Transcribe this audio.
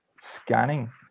scanning